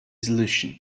solution